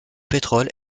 pétrole